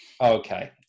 Okay